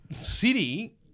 City